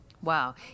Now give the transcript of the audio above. Wow